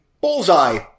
bullseye